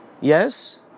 Yes